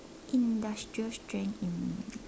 industrial strength in~